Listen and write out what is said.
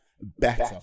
better